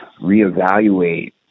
reevaluate